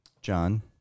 John